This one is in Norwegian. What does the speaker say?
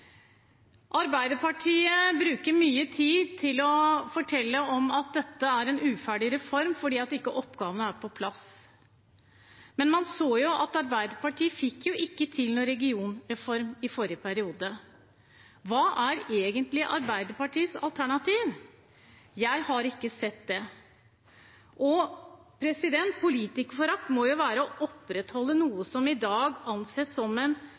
Arbeiderpartiet bruker mye tid på å fortelle at dette er en uferdig reform fordi oppgavene ikke er på plass. Men man så jo at Arbeiderpartiet ikke fikk til noen regionreform i forrige periode. Hva er egentlig Arbeiderpartiets alternativ? Jeg har ikke sett det. Politikerforakt må jo være et resultat av å opprettholde noe som i dag anses som en